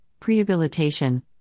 prehabilitation